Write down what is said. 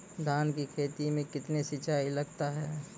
धान की खेती मे कितने सिंचाई लगता है?